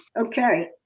okay,